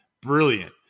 brilliant